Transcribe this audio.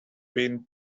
been